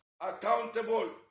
Accountable